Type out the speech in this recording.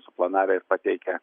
suplanavę ir pateikę